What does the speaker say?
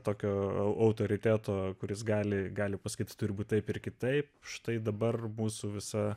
tokio autoriteto kuris gali gali pasakyt turi būt taip ir kitaip štai dabar mūsų visa